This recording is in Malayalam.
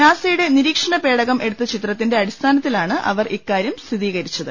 നാസയുടെ നിരീക്ഷണ പേടകം എടുത്ത ചിത്രത്തിന്റെ അടിസ്ഥാനത്തിലാണ് അവർ ഇക്കാര്യം സ്ഥിരീകരിച്ചത്